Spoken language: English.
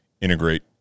integrate